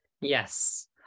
Yes